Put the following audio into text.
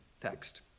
text